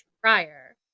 prior